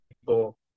people